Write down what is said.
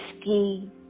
ski